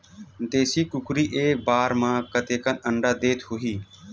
देशी कुकरी एक बार म कतेकन अंडा देत होही?